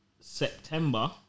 September